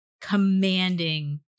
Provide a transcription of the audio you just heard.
commanding